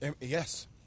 Yes